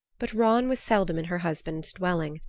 but ran was seldom in her husband's dwelling.